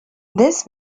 this